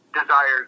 desires